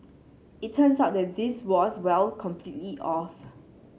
it turns out that this was well completely off